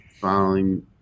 following